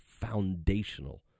foundational